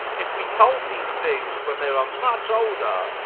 and if we told these things when they were much older,